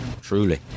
truly